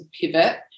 pivot